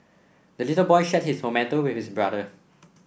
the little boy shared his tomato with his brother